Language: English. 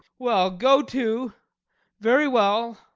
well go to very well.